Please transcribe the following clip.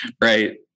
right